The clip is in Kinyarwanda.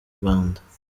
rwanda